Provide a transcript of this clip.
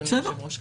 אדוני היושב-ראש.